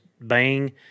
bang